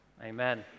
Amen